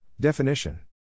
Definition